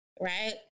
right